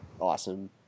awesome